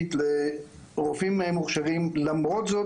עושים את ההשתלמויות במרכז וחוזרים לפריפריה,